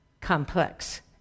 complex